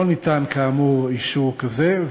לא ניתן כאמור אישור כזה.